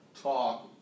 talk